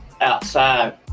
outside